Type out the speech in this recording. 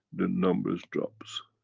the numbers drops.